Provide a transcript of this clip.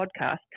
Podcast